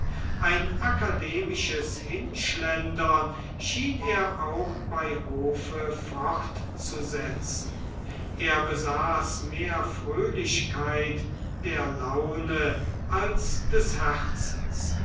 ein akademisches hinschlendern schien er auch bei hofe fortzusetzen er besaß mehr fröhlichkeit der laune als des herzens